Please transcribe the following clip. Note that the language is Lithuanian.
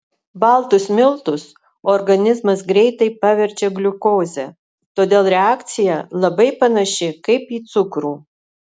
baltus miltus organizmas greitai paverčia gliukoze todėl reakcija labai panaši kaip į cukrų